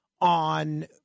on